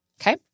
Okay